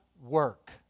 work